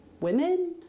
women